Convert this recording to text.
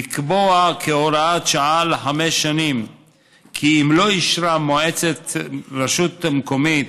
לקבוע כהוראת שעה לחמש שנים כי אם לא אישרה מועצת רשות מקומית